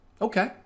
Okay